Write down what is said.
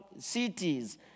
cities